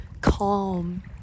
calm